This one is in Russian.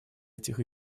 этих